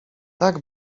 tak